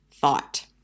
thought